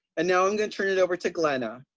and now i'm gonna turn it over to glenna.